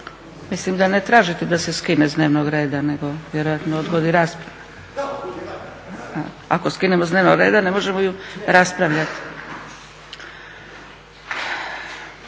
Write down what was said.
Mislim da ne tražite da se skine s dnevnog reda nego vjerojatno odgodi rasprava. … /Upadica se ne razumije./ … Ako skinemo s dnevnog reda ne možemo ju raspravljati.